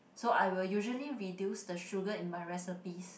so I will usually reduce the sugar in my recipes